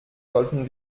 sollten